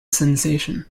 sensation